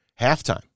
halftime